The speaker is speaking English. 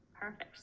Perfect